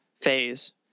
phase